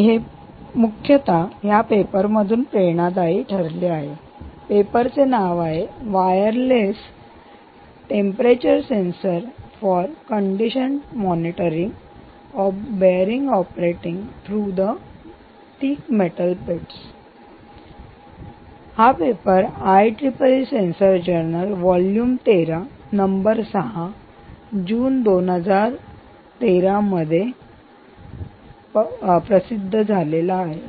हे मुख्यतः या पेपर मधून प्रेरणादायी ठरले आहे पेपरचे नाव आहे "wireless temperature sensor for condition monitoring of bearing operating through thick metal plates हा पेपर IEEE sensor journal volume 13 number 6 June 2013 IEEE sensors journal a volume 13 number 6 June 2013 मध्ये प्रसिद्ध पब्लिष publish झाला आहे